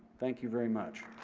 thank you very much.